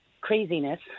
craziness